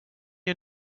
you